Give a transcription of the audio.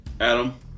Adam